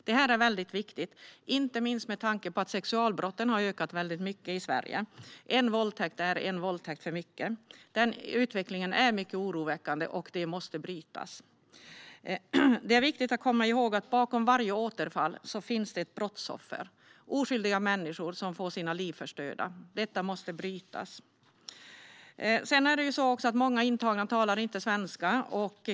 Detta är väldigt viktigt, inte minst med tanke på att sexualbrotten har ökat kraftigt i Sverige. En våldtäkt är en för mycket. Den utvecklingen är mycket oroväckande och måste brytas. Det är viktigt att komma ihåg att det bakom varje återfall finns ett brottsoffer - en oskyldig människa som får sitt liv förstört. Denna utveckling måste brytas. Många intagna talar inte svenska.